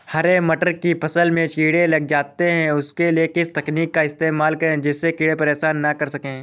हरे मटर की फसल में कीड़े लग जाते हैं उसके लिए किस तकनीक का इस्तेमाल करें जिससे कीड़े परेशान ना कर सके?